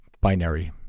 binary